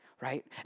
right